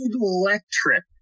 electric